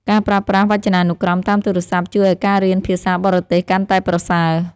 ការប្រើប្រាស់វចនានុក្រមតាមទូរស័ព្ទ ជួយឱ្យការរៀនភាសាបរទេសកាន់តែប្រសើរ។